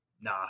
Nah